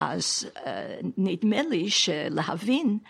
‫אז נדמה לי שלהבין.